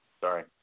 Sorry